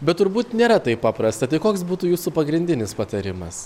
bet turbūt nėra taip paprasta tai koks būtų jūsų pagrindinis patarimas